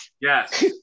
Yes